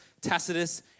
Tacitus